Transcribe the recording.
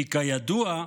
כי כידוע,